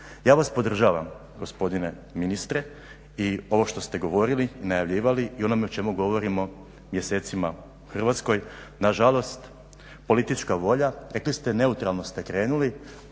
Ja vas podržavam gospodine ministre i ovo što ste govorili, najavljivali i onome o čemu govorimo mjesecima u Hrvatskoj, nažalost politička volja, rekli ste neutralno ste krenuli